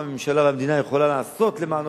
מה הממשלה והמדינה יכולות לעשות למענו